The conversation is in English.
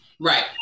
Right